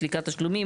סליקת תשלומים,